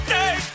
day